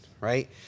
right